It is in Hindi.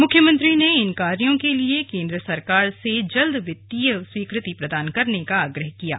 मुख्यमंत्री ने इन कार्यो के लिए केंद्र सरकार से जल्द वित्तीय स्वीकृति प्रदान करने का आग्रह किया है